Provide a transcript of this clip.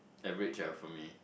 average ah for me